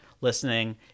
listening